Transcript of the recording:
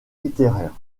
littéraires